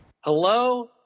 Hello